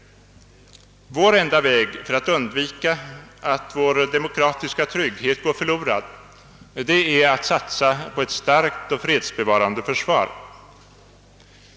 Vår enda väg för att undvika att vår demokratiska trygghet går förlorad är att satsa på ett starkt och fredsbevarande försvar.